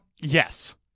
Yes